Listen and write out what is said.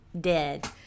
dead